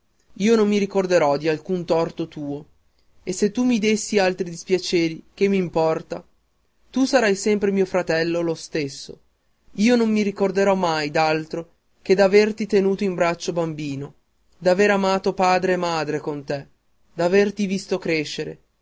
io non mi ricorderò di alcun torto tuo e se anche tu mi dessi altri dispiaceri che m'importa tu sarai sempre mio fratello lo stesso io non mi ricorderò mai d'altro che d'averti tenuto in braccio bambino d'aver amato padre e madre con te d'averti visto crescere